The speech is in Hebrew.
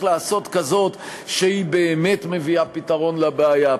לעשות כזאת שבאמת מביאה פתרון מלא של הבעיה,